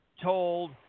told